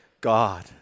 God